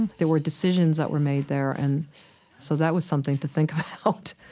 there were decisions that were made there and so that was something to think about.